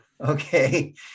Okay